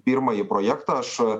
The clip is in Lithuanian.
pirmąjį projektą aš